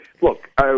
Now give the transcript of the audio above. look